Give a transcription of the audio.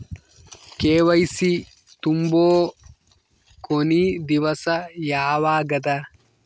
KYC ತುಂಬೊ ಕೊನಿ ದಿವಸ ಯಾವಗದ?